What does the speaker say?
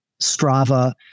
Strava